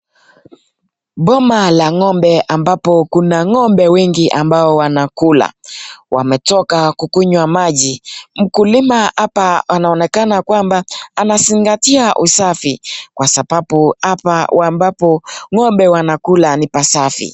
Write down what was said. Boma la Ng'ombe ambapo kuna Ng'ombe wengi ambao wanakula ,wametoka kukunywa maji, mkulima hapa anaonekana kwamba anazingatia usafi .Kwa sababu apa wambapo Ng'ombe wanakula ni pasafi.